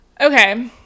Okay